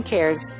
Cares